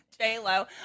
J-Lo